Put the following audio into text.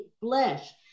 flesh